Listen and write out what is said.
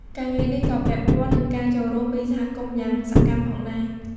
ការងារនេះក៏ពាក់ព័ន្ធនឹងការចូលរួមពីសហគមន៍ យ៉ាងសកម្មផងដែរ។